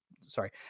sorry